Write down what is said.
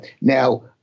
Now